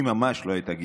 היא ממש לא הייתה גזענית.